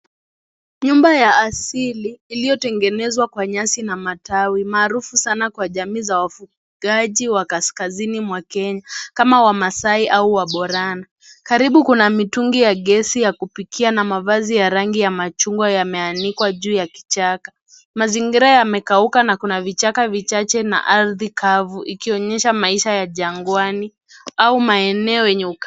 Nyumba ya asili iliyotengenezwa kwa nyasi na matawi ya maarufu sana kwa jamii za wafugaji wa kaskazini mwa kenya kama wamasai ama wa borana ,karibu kuna mitungi ya gesi ya kupikia na mavazi ya rangi ya machungwa yameandikwa juu ya kichaka, mazingira yamekauka na kuna vichaka vichache na arhi kafu ikionyesha maisha ya jangwani au maeneo yenye ukame.